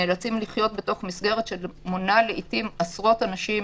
נאלצים לחיות במסגרת שמונה לעיתים עשרות אנשים